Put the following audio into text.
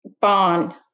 bond